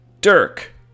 Dirk